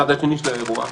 הצד השני של האירוע,